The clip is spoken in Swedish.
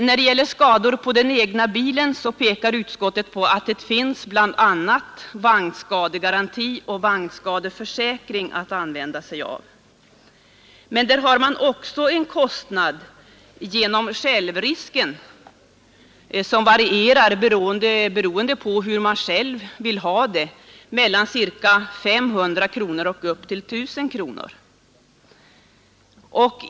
Vad beträffar skador på den egna bilen påpekar utskottet att det finns bl.a. vagnskadegaranti och vagnskadeförsäkring. Där har man emellertid en kostnad genom självrisken, som beroende på hur man själv vill ha det varierar mellan ca 500 kronor och 1 000 kronor.